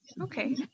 okay